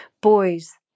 Boys